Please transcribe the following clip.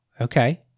Okay